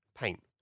paint